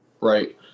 Right